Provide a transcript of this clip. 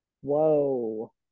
Whoa